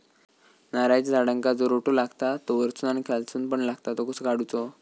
नारळाच्या झाडांका जो रोटो लागता तो वर्सून आणि खालसून पण लागता तो कसो काडूचो?